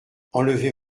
enlevez